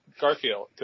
Garfield